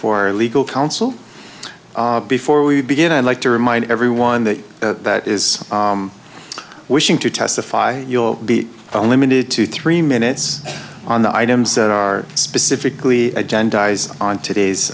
for legal counsel before we begin i like to remind everyone that that is wishing to testify you'll be a limited to three minutes on the items that are specifically agenda eyes on today's